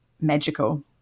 magical